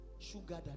sugar